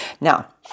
Now